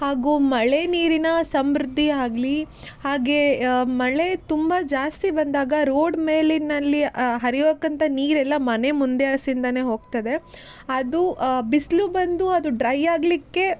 ಹಾಗೂ ಮಳೆ ನೀರಿನ ಸಮೃದ್ಧಿ ಆಗಲಿ ಹಾಗೆ ಮಳೆ ತುಂಬ ಜಾಸ್ತಿ ಬಂದಾಗ ರೋಡ್ ಮೇಲಿನಲ್ಲಿ ಹರಿಯೋಕಂತ ನೀರೆಲ್ಲ ಮನೆ ಮುಂದೆ ಹಾಸಿಂದಾನೇ ಹೋಗ್ತದೆ ಅದು ಬಿಸಿಲು ಬಂದು ಅದು ಡ್ರೈ ಆಗಲಿಕ್ಕೆ